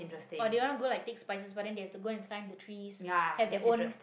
or they want to go like take spices but then they have to go and climb the trees have their own